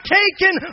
taken